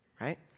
right